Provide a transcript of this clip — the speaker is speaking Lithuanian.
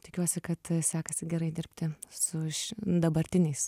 tikiuosi kad sekasi gerai dirbti su š dabartiniais